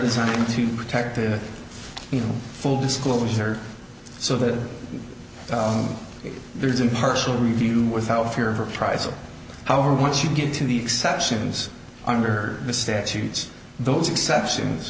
designed to protect the you know full disclosure so that there's impartial review without fear of reprisal however once you get to the exceptions under the statutes those exceptions